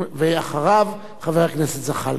ואחריו, חבר הכנסת זחאלקה.